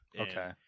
Okay